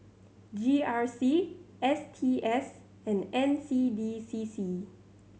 G R C S T S and N C D C C